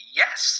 yes